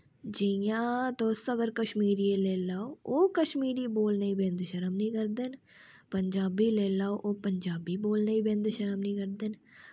जियां तुस अगर कश्मीरियें लेई लैओ ओह् कस्मीरी बोलने बिंद शर्म नि करदे पंजाबी लेई लैओ ओह् पंजाबी बोलने बिंद शर्म नि करदे हैन